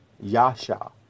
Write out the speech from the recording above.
Yasha